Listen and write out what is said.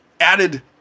added